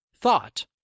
thought